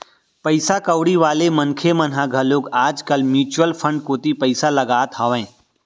पइसा कउड़ी वाले मनखे मन ह घलोक आज कल म्युचुअल फंड कोती पइसा लगात हावय